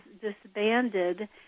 disbanded